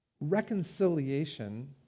reconciliation